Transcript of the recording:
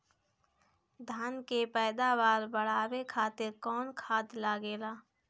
धान के पैदावार बढ़ावे खातिर कौन खाद लागेला?